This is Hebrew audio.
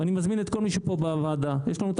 ואני מזמין את כל מי שבוועדה יש לנו את